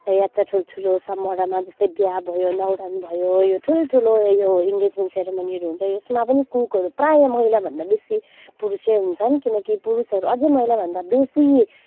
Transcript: लाई याद छ ठुल्ठुलो समारोहमा जस्तै बिहा भयो न्वारान भयो यो ठुल्ठुलो यो इन्गेजमेन्ट सेरेमनीहरू हुन्छ यसमा पनि कुकहरू प्रायः महिलाभन्दा बेसी पुरुषै हुन्छन् किनकि पुरुषहरू अझै महिलाभन्दा बेसी